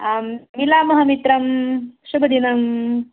आं मिलामः मित्रं शुभदिनम्